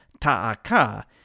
Ta'aka